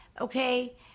okay